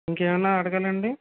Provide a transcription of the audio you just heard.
ఇంకేమన్నా అడగాలా అండి